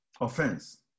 offense